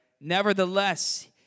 Nevertheless